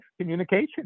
communication